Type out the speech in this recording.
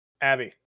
Abby